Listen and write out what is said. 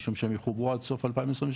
משום שהם יחוברו עד סוף 2023,